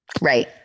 Right